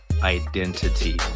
identity